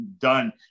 done